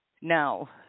now